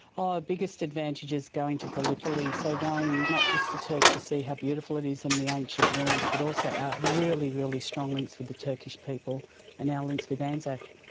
biggest advantage is going to gallipoli, so going not just to turkey to see how beautiful it is and the ancient ruins, but also our really, really strong links with the turkish people and our links with anzac.